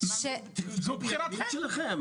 זו בחירתכם?